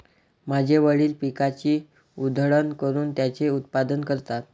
माझे वडील पिकाची उधळण करून त्याचे उत्पादन करतात